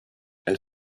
elle